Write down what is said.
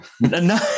No